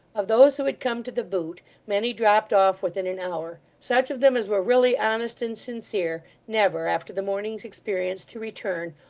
of those who had come to the boot, many dropped off within an hour such of them as were really honest and sincere, never, after the morning's experience, to return,